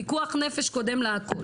פיקוח נפש קודם להכל.